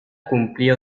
cumplió